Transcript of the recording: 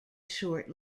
short